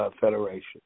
Federation